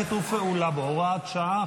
בו (הוראת שעה,